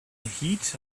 heat